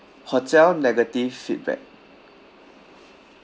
hotel negative feedback